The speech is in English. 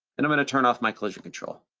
and i'm gonna turn off my collision control.